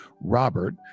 Robert